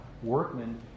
workmen